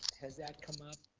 has that come up.